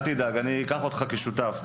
אל תדאג, אקח אותך כשותף.